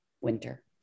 winter